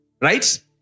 Right